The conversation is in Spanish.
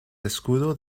escudo